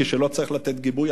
כשלא צריך לתת גיבוי,